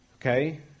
Okay